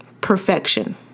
perfection